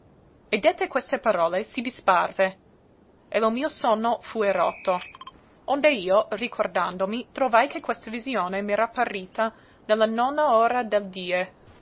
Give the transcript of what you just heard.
dette queste parole sì disparve e lo mio sonno fue rotto onde io ricordandomi trovai che questa visione m'era apparita ne la nona ora del die